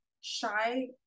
Shy